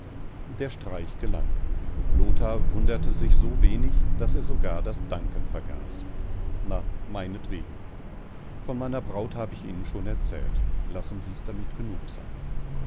der streich gelang lothar wunderte sich so wenig daß er sogar das danken vergaß na meinetwegen von meiner braut hab ich ihnen schon erzählt lassen sie's damit genug sein